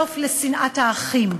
סוף לשנאת האחים,